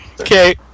Okay